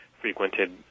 frequented